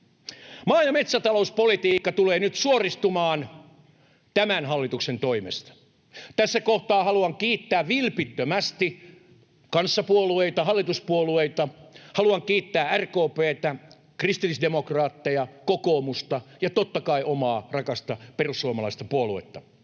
Maa- ja metsätalouspolitiikka tulee nyt suoristumaan tämän hallituksen toimesta. Tässä kohtaa haluan kiittää vilpittömästi kanssapuolueita, hallituspuolueita. Haluan kiittää RKP:tä, kristillisdemokraatteja, kokoomusta ja totta kai omaa rakasta perussuomalaista puoluettani.